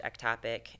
ectopic